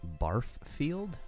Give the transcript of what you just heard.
Barffield